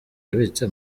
abitse